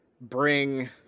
bring